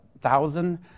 thousand